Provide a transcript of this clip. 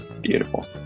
Beautiful